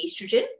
estrogen